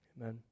Amen